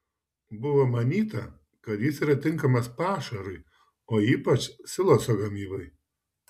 buvo manyta kad jis yra tinkamas pašarui o ypač siloso gamybai